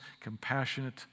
compassionate